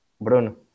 Bruno